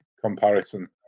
comparison